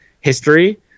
history